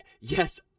yes